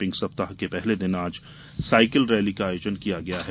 pink सप्ताह के पहले दिन आज साइकिल रैली का आयोजन किया गया है